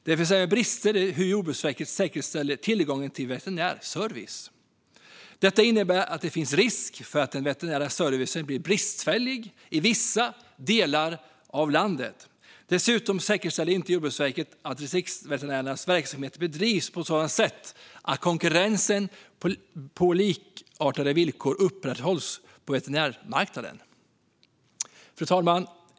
Det finns även brister i hur Jordbruksverket säkerställer tillgången till veterinär service. Detta innebär att det finns en risk för att den veterinära servicen blir bristfällig i vissa delar av landet. Dessutom säkerställer inte Jordbruksverket att Distriktsveterinärernas verksamhet bedrivs på sådant sätt att konkurrens på likartade villkor upprätthålls på veterinärmarknaden." Fru talman!